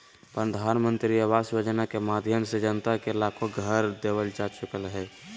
प्रधानमंत्री आवास योजना के माध्यम से जनता के लाखो घर देवल जा चुकलय हें